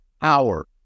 power